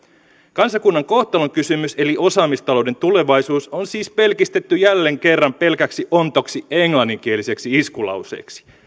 kansakunnan kohtalonkysymys eli osaamistalouden tulevaisuus on siis pelkistetty jälleen kerran pelkäksi ontoksi englanninkieliseksi iskulauseeksi